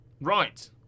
Right